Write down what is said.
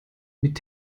mit